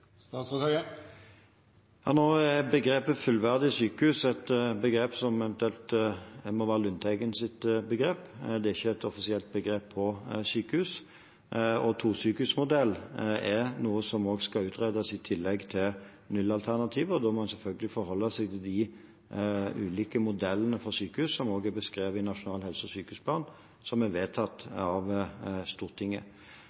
Nå er begrepet «fullverdig sykehus» et begrep som eventuelt må være representanten Lundteigens. Det er ikke et offisielt begrep for et sykehus. Og tosykehusmodell er noe som også skal utredes, i tillegg til 0-alternativet, og da må en selvfølgelig forholde seg til de ulike modellene for sykehus som også er beskrevet i Nasjonal helse- og sykehusplan, som er